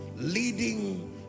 leading